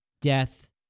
death